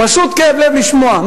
פשוט כאב-לב לשמוע.